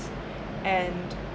and